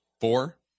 four